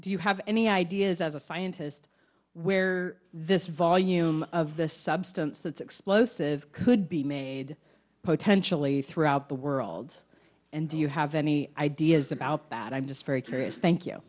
do you have any ideas as a scientist where this volume of this substance that explosive could be made potentially throughout the world and do you have any ideas about that i'm just very curious thank you